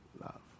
love